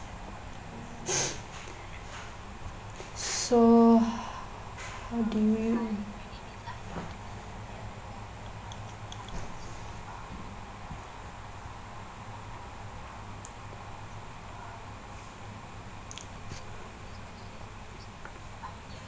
so what do you